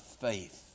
faith